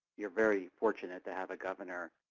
you are very fortunate to have a governor